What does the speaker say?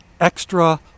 extra